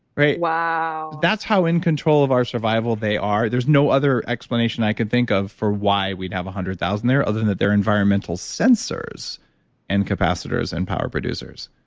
right? wow that's how in control of our survival they are. there's no other explanation i can think of for why we'd have hundred thousand there other than that they're environmental sensors and capacitors and power producers,